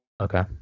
Okay